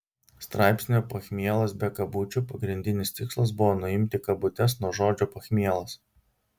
straipsnio pachmielas be kabučių pagrindinis tikslas buvo nuimti kabutes nuo žodžio pachmielas